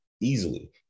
easily